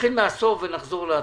נתחיל מהסוף ונחזור להתחלה.